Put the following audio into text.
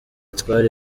twari